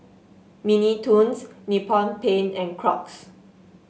Mini Toons Nippon Paint and Crocs